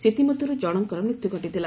ସେଥିମଧ୍ୟରୁ ଜଣଙ୍କର ମୃତ୍ୟୁ ଘଟିଥିଲା